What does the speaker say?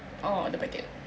oh the packet